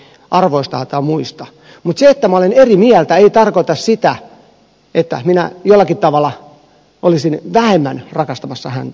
mutta se että minä olen eri mieltä ei tarkoita sitä että minä jollakin tavalla olisin vähemmän rakastamassa häntä